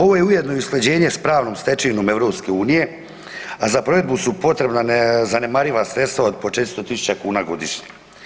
Ovo je ujedno i usklađenje s pravnom stečevinom EU, a za provedbu su potrebna nezanemariva sredstva od po 400.000 kuna godišnje.